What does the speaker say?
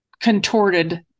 contorted